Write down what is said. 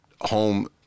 home